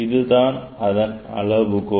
இது அதன் அளவுகோல்